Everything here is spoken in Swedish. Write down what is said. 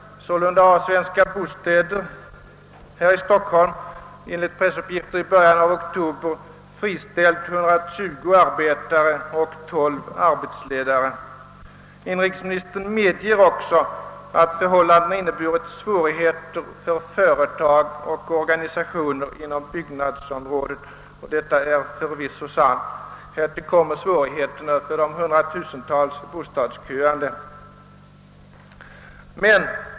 Sålunda har Svenska bostäder här i Stockholm enligt pressuppgifter i början av oktober friställt 120 arbetare och 12 arbetsledare. Inrikesministern medger också att förhållandena inneburit svårigheter för företag och organisationer inom byggnadsområdet, och detta är förvisso sant. Härtill kommer svårigheterna för de hundratusentals bostadsköande.